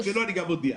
וכשלא אני גם מודיע.